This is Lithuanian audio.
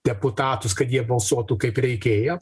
deputatus kad jie balsuotų kaip reikėjo